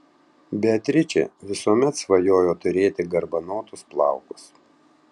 beatričė visuomet svajojo turėti garbanotus plaukus